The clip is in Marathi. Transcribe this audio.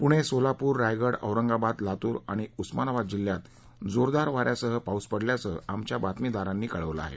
पूणे सोलापूर रायगड औरंगाबाद लातूर आणि उस्मानाबाद जिल्ह्यात जोरदार वान्यासह पाऊस पडल्याचं आमच्या बातमीदारांनी कळवलं आहे